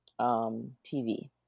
TV